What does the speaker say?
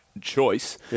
choice